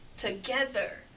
together